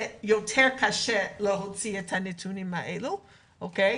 זה יותר קשה להוציא את הנתונים הללו כי